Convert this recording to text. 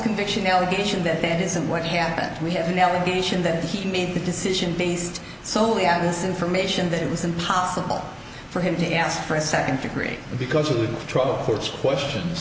conviction allegation that that isn't what happened we have an allegation that he made the decision based solely on this information that it was impossible for him to ask for a second degree because